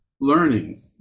learning